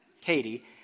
Katie